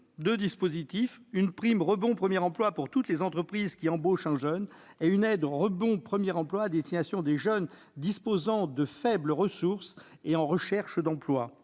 deux dispositifs, une « prime rebond premier emploi », pour toutes les entreprises qui embauchent un jeune, et une « aide rebond premier emploi », à destination des jeunes disposant de faibles ressources et en recherche d'emploi.